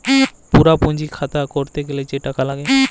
পুরা পুঁজি খাড়া ক্যরতে গ্যালে যে টাকা লাগ্যে